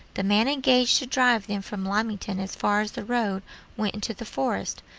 the man engaged to drive them from lymington as far as the road went into the forest,